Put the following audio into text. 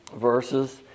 verses